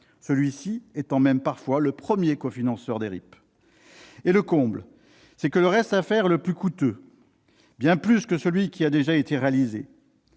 celui-ci étant même parfois le premier cofinanceur des RIP. Le comble, c'est que le reste à faire est bien plus coûteux que ce qui a déjà été réalisé.